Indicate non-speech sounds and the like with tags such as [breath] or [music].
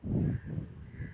[breath]